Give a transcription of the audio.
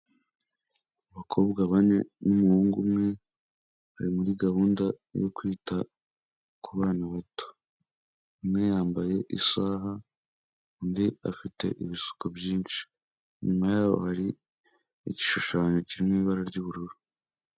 Abakobwa bane n'umuhungu umwe bari muri gahunda yo kwita kubanana bato, umwe yambaye isaha undi afite ibishuko byinshi, inyuma yabo hari igishushanyo kirimo ibara ry'ubururu.